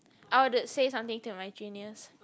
I would say something to my juniors